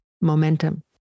momentum